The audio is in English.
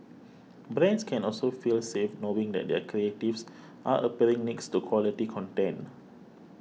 brands can also feel safe knowing that their creatives are appearing next to quality content